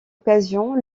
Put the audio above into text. occasion